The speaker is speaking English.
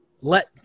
let